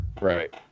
right